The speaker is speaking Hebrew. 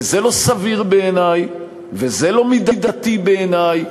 וזה לא סביר בעיני, וזה לא מידתי בעיני,